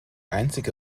einzige